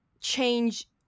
change